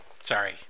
Sorry